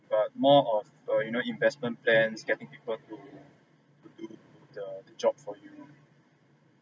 but more of the you know investment plans getting people to do the job for you